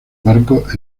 barcos